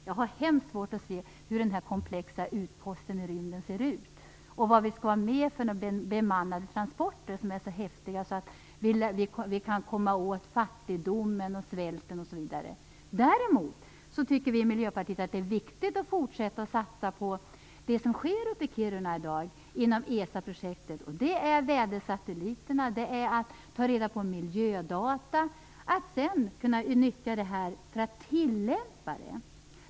Jag har hemskt svårt att se hur den här komplexa utposten i rymden ser ut och vad det är för bemannade transporter som är så häftiga att vi kan komma åt fattigdomen, svälten osv. Däremot tycker vi i Miljöpartiet att det är viktigt att fortsätta med satsningar på det som sker uppe i Kiruna i dag inom ESA-projektet. Det gäller då vädersatelliter, men även att ta reda på miljödata och att sedan kunna nyttja det här. Det gäller ju att tillämpa detta.